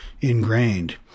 ingrained